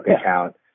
account